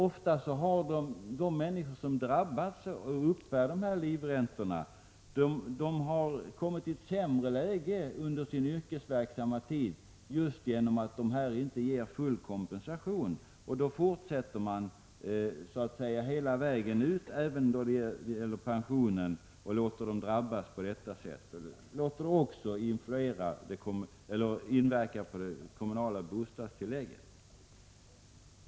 Ofta har de människor som drabbats och därför uppbär livränta kommit i ett sämre läge under sin yrkesverksamma tid, just på grund av att livräntorna inte ger full kompensation. Sedan fortsätter man så att säga hela vägen ut, även då det gäller pensionen, och låter dessa människor drabbas på detta sätt, vilket även påverkar det kommunala bostadstillägget.